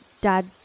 Dad